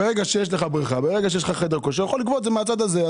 ברגע שיש לך בריכה או חדר כושר אתה יכול --- את זה מהצד הזה.